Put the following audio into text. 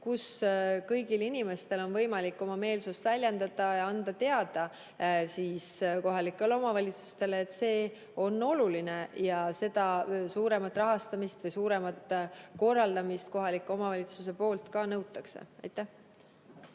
kus kõigil inimestel on võimalik oma meelsust väljendada ja anda teada kohalikele omavalitsustele, et see on oluline ja seda suuremat rahastamist või suuremat korraldamist kohaliku omavalitsuse poolt nõutakse. Nüüd